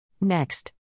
Next